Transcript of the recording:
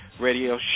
Radio